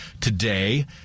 today